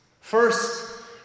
First